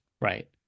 Right